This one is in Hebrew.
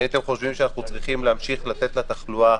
האם אתם חושבים שאנחנו צריכים להמשיך לתת לתחלואה